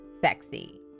sexy